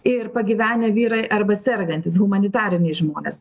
ir pagyvenę vyrai arba sergantys humanitariniai žmonės